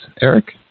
Eric